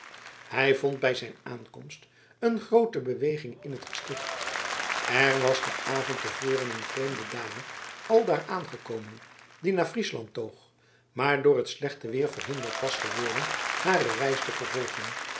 hij vond bij zijn aankomst een groote beweging in het gesticht er was den avond te voren een vreemde dame aldaar aangekomen die naar friesland toog maar door het slechte weer verhinderd was geworden hare reis te vervolgen